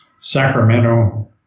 Sacramento